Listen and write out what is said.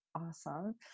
awesome